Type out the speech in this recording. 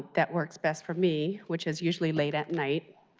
that works best for me, which is usually late at night.